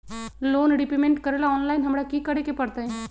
Loan repayment करेला online हमरा की करे के परतई?